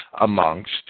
amongst